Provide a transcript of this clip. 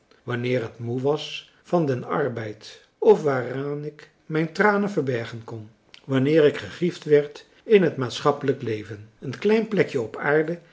wanneer het moe was van den arbeid of waaraan ik mijn tranen verbergen kon wanneer ik gegriefd werd in het maatschappelijk leven een klein plekje op aarde